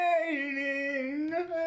Waiting